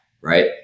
Right